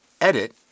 edit